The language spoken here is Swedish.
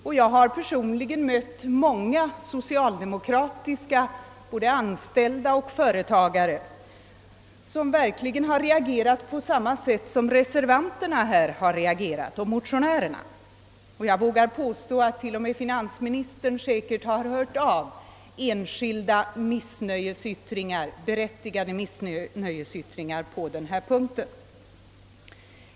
Personligen har jag mött många socialdemokratiska anställda och företagare som reagerar på samma sätt som reservanterna och motionärerna, och jag vågar påstå att t.o.m. finansministern säkert har hört av enskildas berättigade missnöjesyttringar.